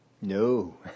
No